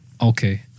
Okay